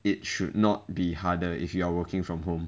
it should not be harder if you are working from home